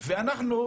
ואנחנו,